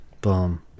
boom